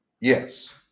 yes